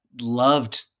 loved